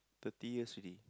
thirty years already